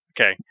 okay